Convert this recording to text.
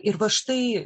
ir va štai